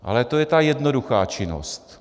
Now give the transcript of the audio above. Ale to je ta jednoduchá činnost.